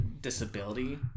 disability